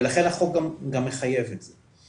ולכן אין החוק גם מחייב את זה,